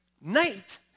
night